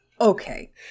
Okay